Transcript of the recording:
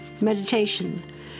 Meditation